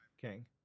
king